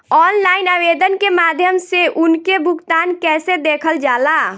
Online आवेदन के माध्यम से उनके भुगतान कैसे देखल जाला?